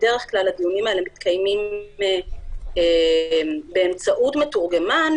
בדרך כלל הדיונים האלה מתקיימים באמצעות מתורגמן,